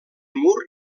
mur